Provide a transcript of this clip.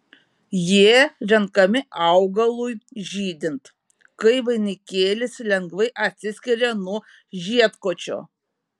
jie renkami augalui žydint kai vainikėlis lengvai atsiskiria nuo žiedkočio